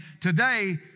today